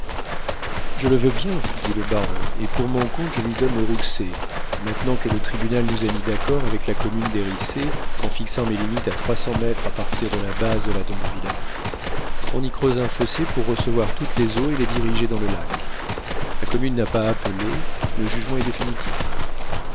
je le veux bien dit le baron et pour mon compte je lui donne les rouxey maintenant que le tribunal nous a mis d'accord avec la commune des riceys en fixant mes limites à trois cents mètres à partir de la base de la dent de vilard on y creuse un fossé pour recevoir toutes les eaux et les diriger dans le lac la commune n'a pas appelé le jugement est définitif